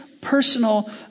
Personal